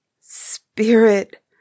Spirit